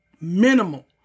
minimal